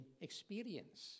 experience